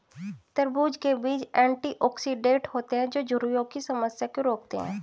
तरबूज़ के बीज एंटीऑक्सीडेंट होते है जो झुर्रियों की समस्या को रोकते है